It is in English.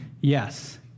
Yes